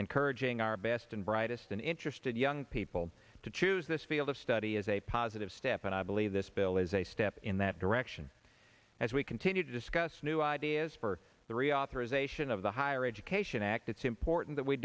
and courage ing our best and brightest and interested young people to choose this field of study is a positive step and i believe this bill is a step in that direction as we continue to discuss new ideas for the reauthorization of the higher education act it's important that we